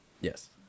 Yes